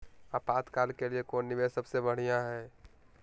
आपातकाल के लिए कौन निवेस सबसे बढ़िया है?